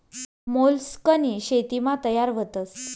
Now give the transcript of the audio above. मोलस्कनी शेतीमा तयार व्हतस